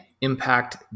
impact